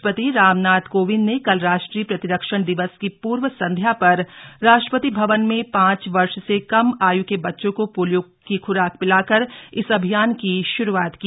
राष्ट्रपति रामनाथ कोविंद ने कल राष्ट्रीय प्रतिरक्षण दिवस की पूर्व संध्या पर राष्ट्रपति भवन में पांच वर्ष से कम आयु के बच्चों को पोलियो को खुराक पिलाकर इस अभियान की शुरूआत की